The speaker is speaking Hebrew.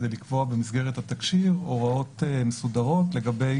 כדי לקבוע במסגרת התקשי"ר הוראות מסודרות לגבי